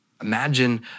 Imagine